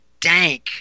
Dank